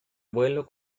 vuelo